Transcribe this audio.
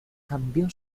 cambió